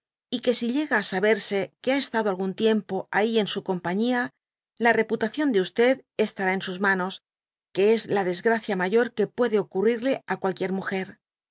y que si kst á mbefée que ha estado algún tiempo ai en sudoéjftia la reputaeián crá entre sus mainos que es la desgracia mayor que puede ocurrirle á cualquier muger